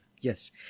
Yes